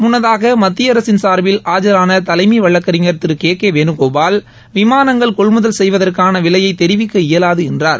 முன்னதாக மத்திய அரசின் சார்பில் ஆஜரான தலைமை வழக்கறிஞர் திரு கே கே வேனுகோபால் விமானங்கள் கொள்முதல் செய்வதற்கான விலையை தெரிவிக்க இயலாது என்றார்